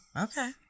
Okay